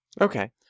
Okay